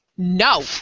No